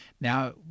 Now